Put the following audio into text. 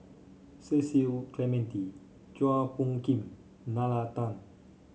Cecil Clementi Chua Phung Kim Nalla Tan